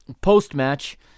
Post-match